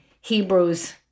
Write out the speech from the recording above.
Hebrews